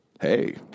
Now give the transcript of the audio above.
hey